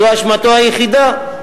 זו אשמתו היחידה,